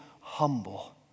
humble